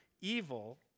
evil